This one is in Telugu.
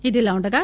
ఇదిలాఉండగా